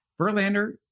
Verlander